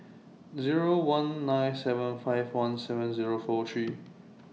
Zero one nine seven five one seven Zero four three